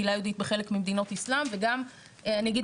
קהילה יהודית בחלק ממדינות איסלאם וגם אני אגיד,